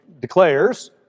declares